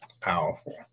Powerful